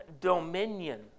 dominion